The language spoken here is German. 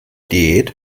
diät